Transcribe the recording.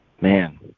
Man